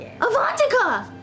Avantika